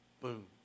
boom